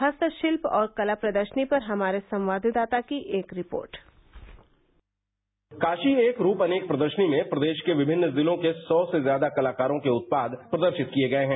हस्तशिल्प और कला प्रदर्शनी पर हमारे संवाददाता की एक रिपोर्ट काशी एक रूप अनेक प्रदर्शनी में प्रदेश के विभिन्न जिलों के सौ से ज्यादा कलाकारों के उत्पाद प्रदर्शित किये गये हैं